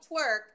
twerk